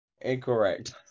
Incorrect